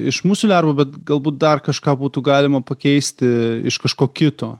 iš musių lervų bet galbūt dar kažką būtų galima pakeisti iš kažko kito